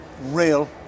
real